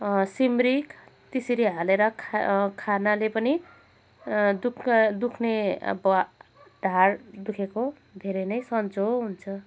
सिमरिक त्यसरी हालेर खा खानाले पनि दुख दुख्ने अब ढाड दुखेेको धेरै नै सन्चो हुन्छ